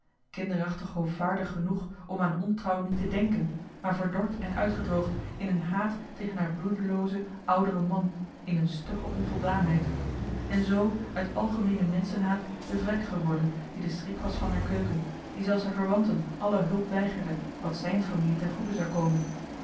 kinderachtig hoovaardig genoeg om aan ontrouw niet te dènken maar verdord en uitgedroogd in een haat tegen haar bloedeloozen ouderen man in een stugge onvoldaanheid en zoo uit algemeenen menschenhaat de vrek geworden die de schrik was van haar keuken die zelfs haar verwanten alle hulp weigerde wat zijn familie ten goede zou komen